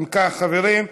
אם כך, חברים,